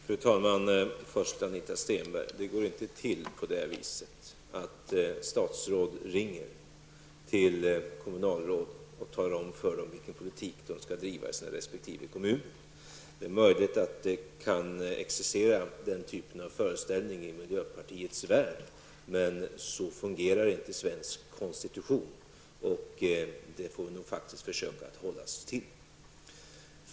Fru talman! Först till Anita Stenberg: Det går inte till på det viset att ett statsråd ringer till kommunalråden och talar om för dem vilken politik de skall driva i sina resp. kommuner. Det är möjligt att den typen av föreställningar existerar i miljöpartiets värld, men så fungerar inte svensk konstitution, och den får vi faktiskt försöka hålla oss till.